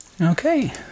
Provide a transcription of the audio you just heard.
Okay